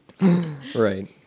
right